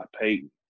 Peyton